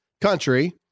country